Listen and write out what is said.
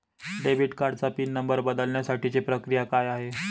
Debit कार्डचा pin number बदलण्यासाठीची प्रक्रिया काय आहे?